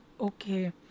Okay